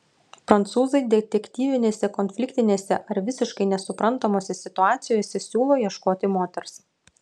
prancūzai detektyvinėse konfliktinėse ar visiškai nesuprantamose situacijose siūlo ieškoti moters